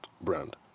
brand